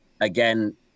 again